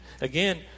Again